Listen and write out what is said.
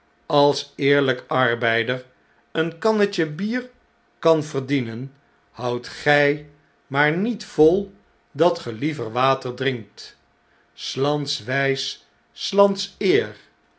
als eerln'k arbeider een kannetje bier kan verdienen houdt gij maar de eerlijke werkman niet vol dat ge liever water drinkt s lands wjjs s lands eer